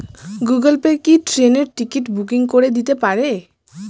Google Pay কি ট্রেনের ticket booking করে দিতে পারে?